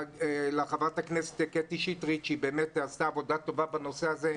לחברת הכנסת קטי שטרית שבאמת עשתה עבודה טובה בנושא הזה.